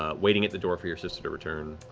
ah waiting at the door for your sister to return.